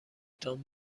تان